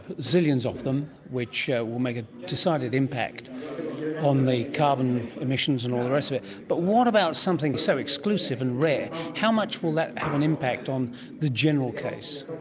zillions of them, which yeah will make a decided impact on the carbon emissions and all the rest of it, but what about something so exclusive and rare, how much will that have an impact on the general case?